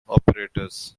operators